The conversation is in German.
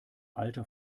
alter